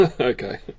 okay